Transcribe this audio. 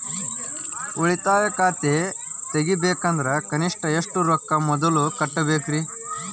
ಉಳಿತಾಯ ಖಾತೆ ತೆಗಿಬೇಕಂದ್ರ ಕನಿಷ್ಟ ಎಷ್ಟು ರೊಕ್ಕ ಮೊದಲ ಕಟ್ಟಬೇಕ್ರಿ?